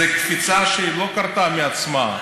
זו קפיצה שלא קרתה מעצמה.